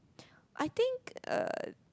I think uh